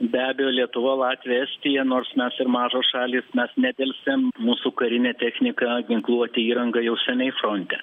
be abejo lietuva latvija estija nors mes ir mažos šalys mes nedelsė mūsų karinė technika ginkluotė įranga jau seniai fronte